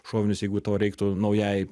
šovinius jeigu tau reiktų naujai